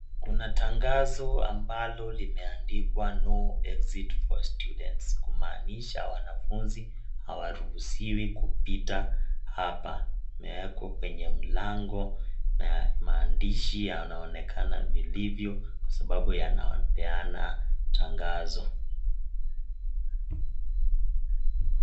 Kuna tangazo ambalo limeandikwa no exit for students kumaanisha wanafunzi hawaruhusiwi kupita hapa. Imewekwa kwenye mlango na maandishi yanaonekana vilivyo kwa sababu yanapeana tangazo.